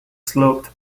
sloped